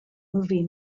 movie